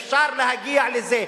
אפשר להגיע לזה.